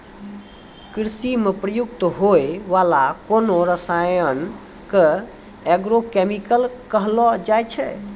कृषि म प्रयुक्त होय वाला कोनो रसायन क एग्रो केमिकल कहलो जाय छै